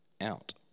out